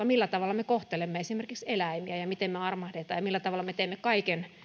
millä tavalla me kohtelemme esimerkiksi elämiä ja miten me armahdamme ja millä tavalla me teemme kaiken